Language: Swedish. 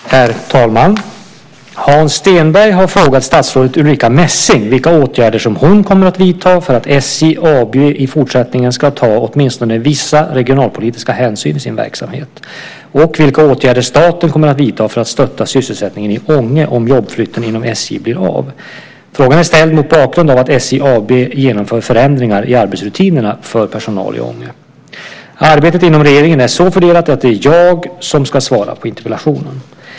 Herr talman! Hans Stenberg har frågat statsrådet Ulrica Messing vilka åtgärder som hon kommer att vidta för att SJ AB i fortsättningen ska ta åtminstone vissa regionalpolitiska hänsyn i sin verksamhet och vilka åtgärder staten kommer att vidta för att stötta sysselsättningen i Ånge om jobbflytten inom SJ AB blir av. Frågan är ställd mot bakgrund av att SJ AB genomför förändringar i arbetsrutinerna för personal i Ånge. Arbetet inom regeringen är så fördelat att det är jag som ska svara på interpellationen.